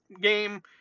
game